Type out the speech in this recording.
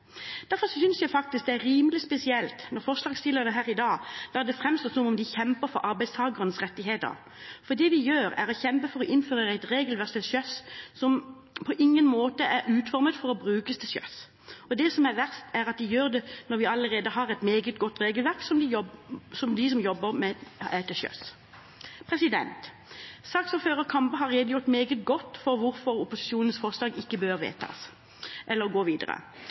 Derfor synes jeg faktisk det er rimelig spesielt når forslagsstillerne her i dag lar det framstå som om de kjemper for arbeidstakernes rettigheter. For det de gjør, er å kjempe for å innføre et regelverk til sjøs som på ingen måte er utformet for å brukes til sjøs. Og det som er verst, er at de gjør det når vi allerede har et meget godt regelverk for dem som jobber til sjøs. Saksordfører Kambe har redegjort meget godt for hvorfor opposisjonens forslag ikke bør vedtas eller tas videre.